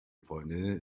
freundinnen